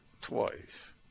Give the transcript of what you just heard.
twice